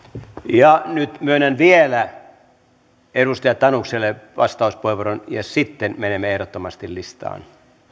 nyt myönnän vielä edustaja tanukselle vastauspuheenvuoron ja sitten menemme ehdottomasti listaan